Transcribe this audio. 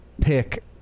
pick